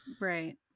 right